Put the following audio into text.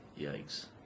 Yikes